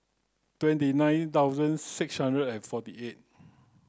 twenty nine thousand six hundred and forty eight